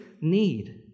need